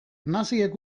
naziek